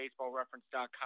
baseballreference.com